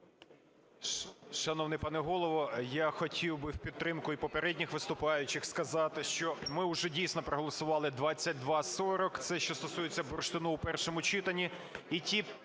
Шановний пане Голово! Я хотів би в підтримку і попередніх виступаючих сказати, що ми вже, дійсно, проголосували 2240 – це що стосується бурштину, – в першому читанні.